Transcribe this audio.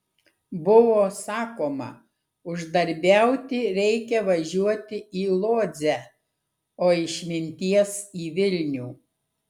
buvo sakoma uždarbiauti reikia važiuoti į lodzę o išminties į vilnių